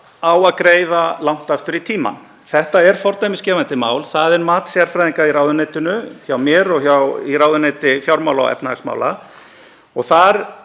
að greiða langt aftur í tímann. Þetta er fordæmisgefandi mál. Það er mat sérfræðinga í ráðuneytinu hjá mér og í ráðuneyti fjármála- og efnahagsmála — þar